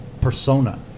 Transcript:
persona